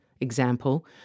example